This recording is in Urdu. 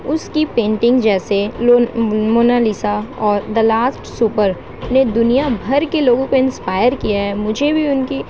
اس کی پینٹنگ جیسے موناالیسا اور دا لاسٹ سپر نے دنیا بھر کے لوگوں پہ انسپائر کیا ہے مجھے بھی ان کی